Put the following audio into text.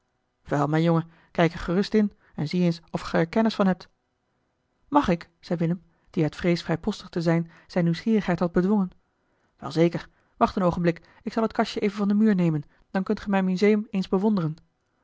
wel mijn jongen kijk er gerust in en zie eens of ge er kennis van hebt mag ik zei willem die uit vrees vrijpostig te zijn zijne nieuwsgierigheid had bedwongen wel zeker wacht een oogenblik ik zal het kastje even van den muur nemen dan kunt ge mijn museum eens bewonderen